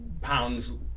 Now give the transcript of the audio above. pounds